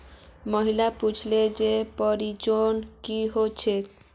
मोहित पुछले जे परजीवी की ह छेक